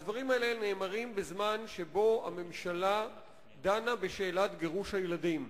הדברים האלה נאמרים בזמן שהממשלה דנה בשאלת גירוש הילדים.